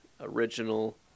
original